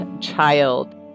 child